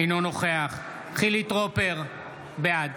אינו נוכח חילי טרופר, בעד